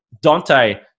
Dante